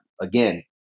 Again